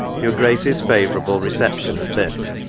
your grace's favourable reception of this,